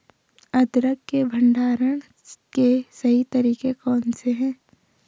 अदरक के भंडारण के सही तरीके कौन से हैं?